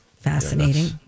fascinating